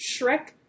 Shrek